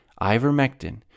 Ivermectin